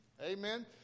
Amen